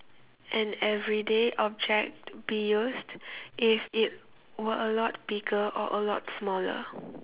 an everyday object be used if it were a lot bigger or a lot smaller